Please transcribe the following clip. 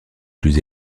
plus